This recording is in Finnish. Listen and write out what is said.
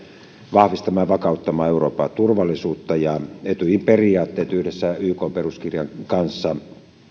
vahvistamaan ja vakauttamaan euroopan turvallisuutta ja etyjin periaatteet yhdessä ykn peruskirjan kanssa